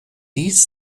dies